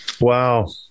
wow